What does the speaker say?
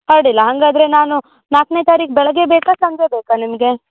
ಅಡ್ಡಿಲ್ಲ ಹಾಗಾದ್ರೆ ನಾನು ನಾಲ್ಕ್ನೇ ತಾರೀಕು ಬೆಳಗ್ಗೆ ಬೇಕಾ ಸಂಜೆ ಬೇಕಾ ನಿಮಗೆ